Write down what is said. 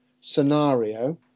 scenario